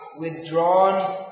withdrawn